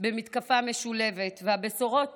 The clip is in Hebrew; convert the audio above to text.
במתקפה משולבת, והבשורות